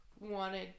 wanted